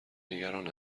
نگران